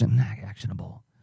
actionable